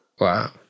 Wow